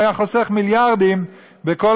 הוא היה חוסך מיליארדים בכל